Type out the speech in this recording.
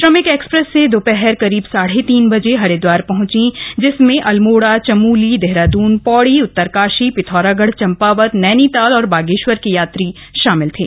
श्रमिक एक्सप्रेस से दोपहर करीब साढ़े तीन बजे हरिदवार पहंची जिसमें अल्मोड़ा चमोली देहरादून पौड़ उत्तरकाशी पिथौरागढ़ चंपावत नैनीताल और बागेश्वर के यात्री शामिल थे